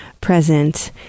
present